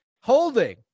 Holding